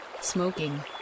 Smoking